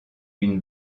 une